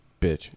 bitch